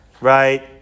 Right